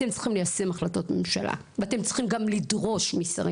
אתם צריכים ליישם החלטות ממשלה ואתם צריכים גם לדרוש משרים